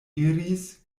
iris